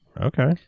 Okay